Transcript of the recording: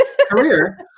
career